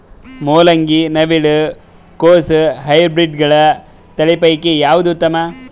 ಮೊಲಂಗಿ, ನವಿಲು ಕೊಸ ಹೈಬ್ರಿಡ್ಗಳ ತಳಿ ಪೈಕಿ ಯಾವದು ಉತ್ತಮ?